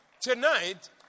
Tonight